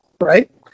right